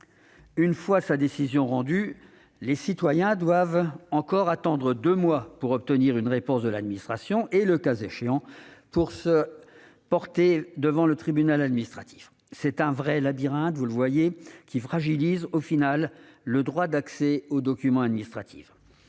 Une fois sa décision rendue, les citoyens doivent encore attendre deux mois pour obtenir une réponse de l'administration et, le cas échéant, pour se porter devant le tribunal administratif. C'est un vrai labyrinthe, qui fragilise, au bout du compte, le droit d'accès aux documents administratifs.